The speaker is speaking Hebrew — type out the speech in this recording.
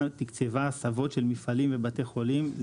תקצבה הסבות של מפעלים ובתי חולים.